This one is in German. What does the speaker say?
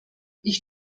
ich